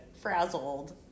frazzled